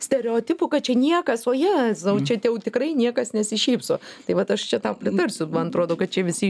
stereotipu kad čia niekas o jezau čia tai jau tikrai niekas nesišypso tai vat aš čia tau pritarsiu man atrodo kad čia visi